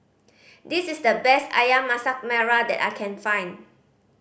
this is the best Ayam Masak Merah that I can find